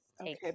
okay